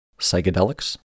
Psychedelics